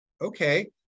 Okay